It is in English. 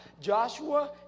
Joshua